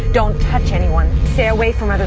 don't touch anyone. stay away from other